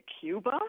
Cuba